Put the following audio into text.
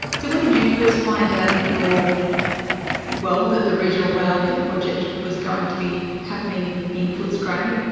so when did you first find out that your well that the regional rail link project was going to be happening in footscray,